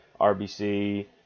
RBC